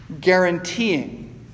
guaranteeing